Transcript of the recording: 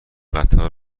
قطار